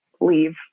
leave